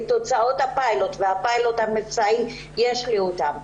את תוצאות הפיילוט והפיילוט המבצעי, יש לי אותן.